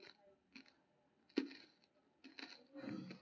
एकीकृत खेती प्रणाली मुख्यतः छोट आ सीमांत किसान खातिर होइ छै